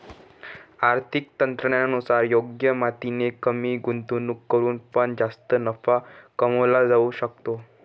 आर्थिक तज्ञांनुसार योग्य माहितीने कमी गुंतवणूक करून पण जास्त नफा कमवला जाऊ शकतो